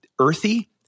earthy